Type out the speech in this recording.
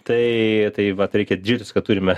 tai tai vat reikia didžiuotis kad turime